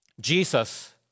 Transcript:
Jesus